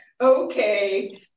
Okay